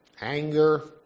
anger